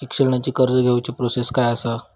शिक्षणाची कर्ज घेऊची प्रोसेस काय असा?